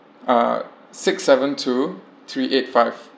uh six seven two three eight five